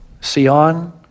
Sion